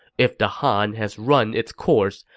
if the han has run its course,